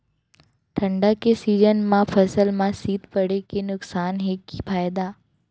ठंडा के सीजन मा फसल मा शीत पड़े के नुकसान हे कि फायदा?